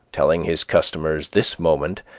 telling his customers this moment,